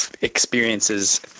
experiences